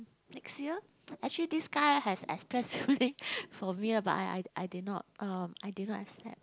next year actually this guy has expressed feeling for me lah but I I did not uh I did not expect